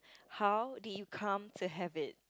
how did you come to have it